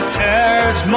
tears